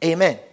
Amen